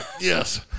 yes